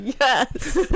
Yes